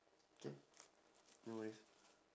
can no worries